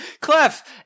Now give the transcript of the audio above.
Clef